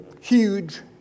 huge